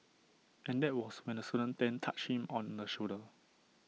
and that was when the student then touched him on the shoulder